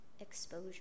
exposure